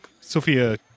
Sophia